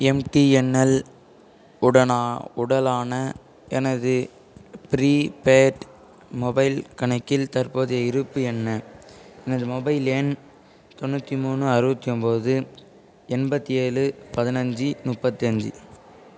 MTNL உடனா உடலான எனது ப்ரீபெய்ட் மொபைல் கணக்கில் தற்போதைய இருப்பு என்ன எனது மொபைல் எண் தொண்ணூற்றி மூணு அறுபத்தி ஒம்பது எண்பத்தி ஏழு பதினஞ்சு முப்பத்தி அஞ்சு